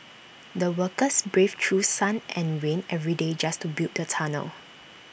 the workers braved through sun and rain every day just to build the tunnel